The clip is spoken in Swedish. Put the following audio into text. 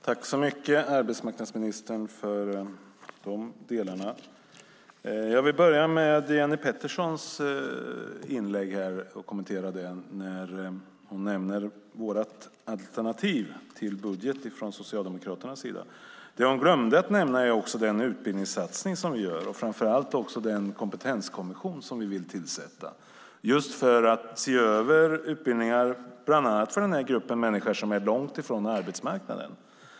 Fru talman! Jag vill börja med att kommentera Jenny Peterssons inlägg. Hon nämner Socialdemokraternas alternativ till budget, men det hon glömde nämna är den utbildningssatsning som vi gör och framför allt den kompetenskommission vi vill tillsätta just för att se över utbildningar bland annat för den grupp människor som är långt från arbetsmarknaden.